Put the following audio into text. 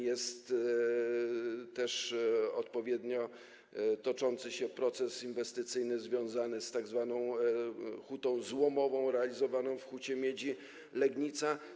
Jest też odpowiednio toczący się proces inwestycyjny związany z tzw. hutą złomową, realizowany w Hucie Miedzi Legnica.